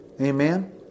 Amen